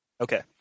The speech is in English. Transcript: Okay